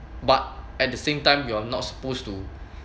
but at the same time you're not supposed to